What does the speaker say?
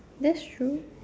that's true